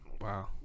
wow